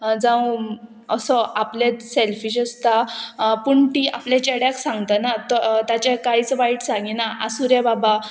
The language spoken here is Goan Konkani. जावं असो आपलें सॅल्फीश आसता पूण ती आपले चेड्याक सांगतना तो ताचें कांयच वायट सांगिना आसूं रे बाबा